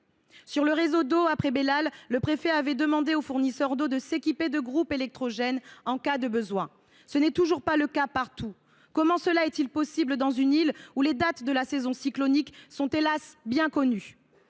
du réseau d’eau ? Après Belal, le préfet a demandé aux fournisseurs d’eau de s’équiper de groupes électrogènes en cas de besoin. Ce n’est toujours pas le cas partout. Comment cela est il possible dans une île où les dates de la saison cyclonique sont, hélas ! bien connues ?